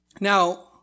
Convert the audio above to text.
Now